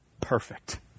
perfect